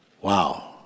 Wow